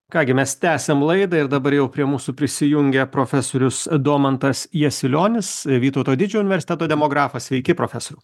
ką gi mes tęsiam laidą ir dabar jau prie mūsų prisijungė profesorius domantas jasilionis vytauto didžiojo universiteto demografas sveiki profesoriau